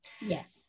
yes